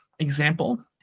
example